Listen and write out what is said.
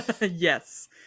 Yes